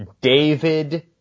David